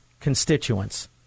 constituents